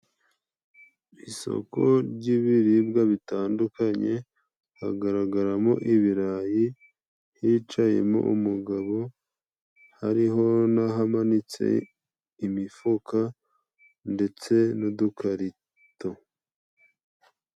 Isoko ry'ibiribwa bitandukanye, hagaragaramo ibirayi hicayemo umugabo, hariho n'ahamanitse imifuka ndetse n'udukarito.